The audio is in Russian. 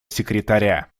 секретаря